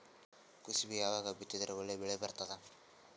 ಕುಸಬಿ ಯಾವಾಗ ಬಿತ್ತಿದರ ಒಳ್ಳೆ ಬೆಲೆ ಬರತದ?